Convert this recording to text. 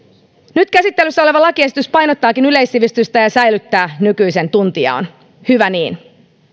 nyt käsittelyssä oleva lakiesitys painottaakin yleissivistystä ja säilyttää nykyisen tuntijaon hyvä niin